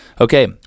Okay